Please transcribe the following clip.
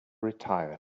retire